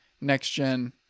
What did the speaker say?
next-gen